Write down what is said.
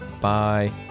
Bye